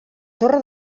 torre